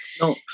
no